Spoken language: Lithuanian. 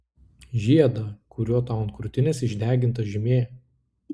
žiedą kuriuo tau ant krūtinės išdeginta žymė